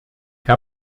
herr